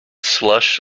slush